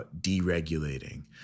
deregulating